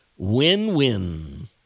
win-win